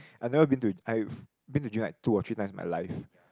I never been to I've been to gym like two or three times in my life